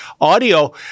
audio